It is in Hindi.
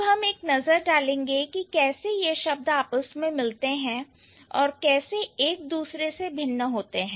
अब हम एक नजर डालेंगे कि कैसे यह शब्द आपस में मिलते हैं और कैसे एक दूसरे से भिन्न होते हैं